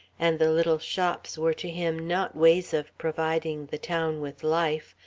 and the little shops were to him not ways of providing the town with life,